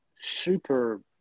super